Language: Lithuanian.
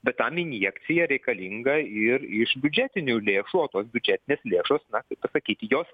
bet kam injekcija reikalinga ir iš biudžetinių lėšų o tos biudžetinės lėšos na kaip pasakyti jos